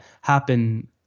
happen